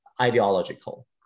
ideological